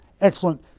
excellent